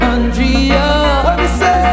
Andrea